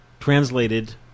translated